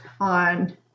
on